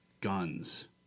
guns